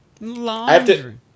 Laundry